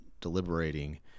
deliberating